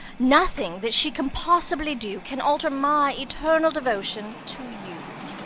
nothing that she can possibly do can alter my eternal devotion to you.